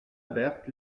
berthe